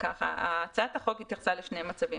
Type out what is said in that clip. הצעת החוק התייחסה לשני מצבים.